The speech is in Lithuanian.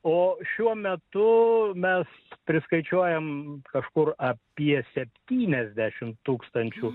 o šiuo metu mes priskaičiuojam kažkur apie septyniasdešim tūkstančių